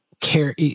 care